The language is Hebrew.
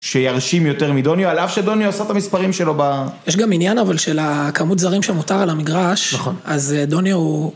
שירשים יותר מדוניו, על אף שדוניו עושה את המספרים שלו ב... יש גם עניין אבל של הכמות זרים שמותר על המגרש. נכון. אז דוניו הוא...